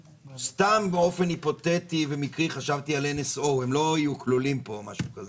סתם באופן היפותטי ומקרי חשבתי על NSO. הם לא יהיו כלולים פה או משהו כזה.